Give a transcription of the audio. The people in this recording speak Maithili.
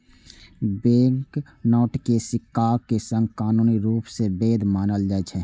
बैंकनोट कें सिक्काक संग कानूनी रूप सं वैध मानल जाइ छै